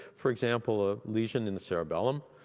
for example, a lesion in the cerebellum,